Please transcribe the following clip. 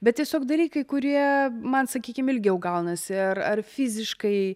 bet tiesiog dalykai kurie man sakykim ilgiau gaunasi ar ar fiziškai